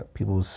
People